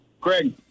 Craig